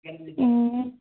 अँ